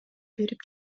берип